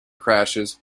crashes